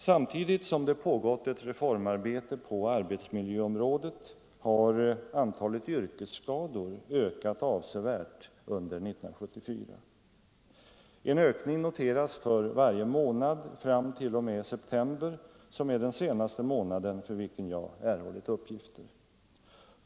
Samtidigt som det pågått ett reformarbete på arbetsmiljöområdet har antalet yrkesskador ökat avsevärt under 1974. En ökning noteras för varje månad fram t.o.m. september, som är den senaste månad för vilken jag erhållit uppgifter.